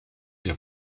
der